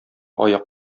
аяк